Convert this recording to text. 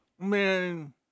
man